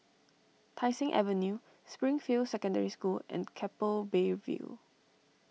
Tai Seng Avenue Springfield Secondary School and Keppel Bay View